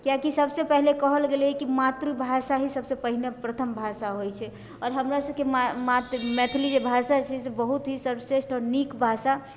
कियाकि सबसँ पहिले कहल गेलै हँ कि मातृभाषा ही सबसँ पहिले प्रथम भाषा होइ छै आओर हमरा सबके मातृभाषा मैथिली जे भाषा छै ओ बहुत ही सर्वश्रेष्ठ आओर नीक भाषा